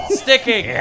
sticking